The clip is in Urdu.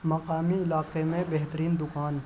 مقامی علاقے میں بہترین دُکان